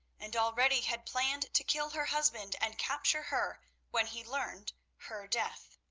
and already had planned to kill her husband and capture her when he learned her death.